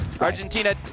Argentina